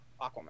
Aquaman